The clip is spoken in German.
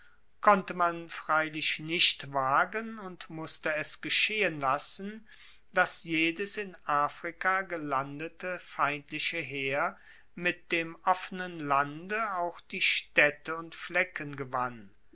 konnte man freilich nicht wagen und musste es geschehen lassen dass jedes in afrika gelandete feindliche heer mit dem offenen lande auch die staedte und flecken gewann